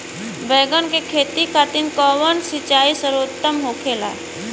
बैगन के खेती खातिर कवन सिचाई सर्वोतम होखेला?